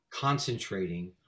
Concentrating